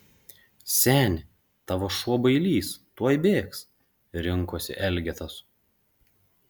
seni tavo šuo bailys tuoj bėgs rinkosi elgetos